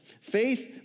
faith